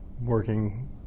working